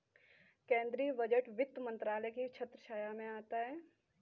केंद्रीय बजट वित्त मंत्रालय की छत्रछाया में आता है